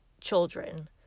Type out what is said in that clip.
children